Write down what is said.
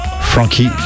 Frankie